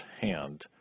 hand